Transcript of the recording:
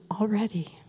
already